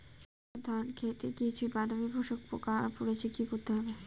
আমার ধন খেতে কিছু বাদামী শোষক পোকা পড়েছে কি করতে হবে?